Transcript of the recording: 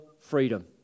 freedom